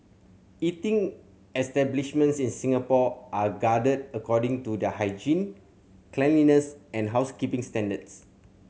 eating establishments in Singapore are according to their hygiene cleanliness and housekeeping standards